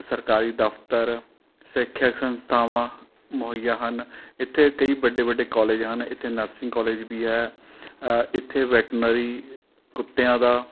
ਸਰਕਾਰੀ ਦਫ਼ਤਰ ਸਿੱਖਿਅਕ ਸੰਸਥਾਵਾਂ ਮੁਹੱਈਆ ਹਨ ਇੱਥੇ ਕਈ ਵੱਡੇ ਵੱਡੇ ਕੋਲਜ ਹਨ ਇੱਥੇ ਨਰਸਿੰਗ ਕੋਲਜ ਵੀ ਹੈ ਇੱਥੇ ਵੈਟਨਰੀ ਕੁੱਤਿਆਂ ਦਾ